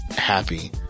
happy